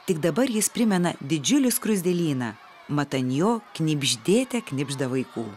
tik dabar jis primena didžiulį skruzdėlyną mat ant jo knibždėte knibžda vaikų